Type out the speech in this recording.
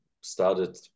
started